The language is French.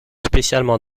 spécialement